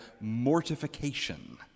mortification